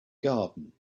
garden